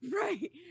Right